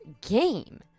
game